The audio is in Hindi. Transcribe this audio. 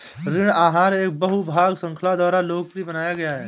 ऋण आहार एक बहु भाग श्रृंखला द्वारा लोकप्रिय बनाया गया था